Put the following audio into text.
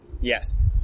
Yes